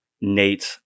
Nate